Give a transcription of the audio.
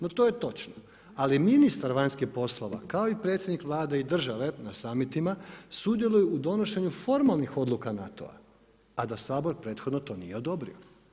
No to je točno, ali ministar vanjskih poslova kao i predsjednik Vlade i države na samitima sudjeluje u donošenju formalnih odluka NATO-a a da Sabor prethodno to nije odobrio.